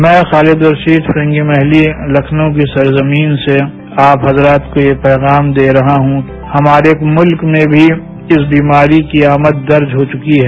मैं खातीद रशीद फ़िरंगी महती लखनऊ की सरजमीं से आप हजरात को ये पैगाम दे रहा हूं कि हमारे मुल्क में भी इस बीमारी की आमद दर्ज हो चुकी है